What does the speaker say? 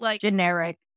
generic